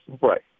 Right